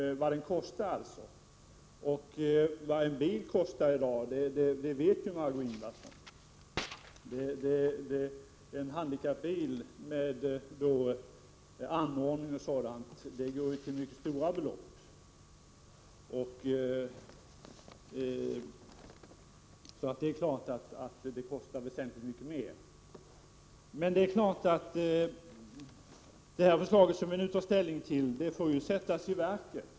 Margé Ingvardsson vet vad en bil i dag kostar. Med handikappanpassningar blir det väsentligt mer. Nu skall det förslag vi i dag tar ställning till sättas i verket.